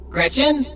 Gretchen